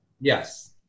Yes